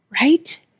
right